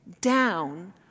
down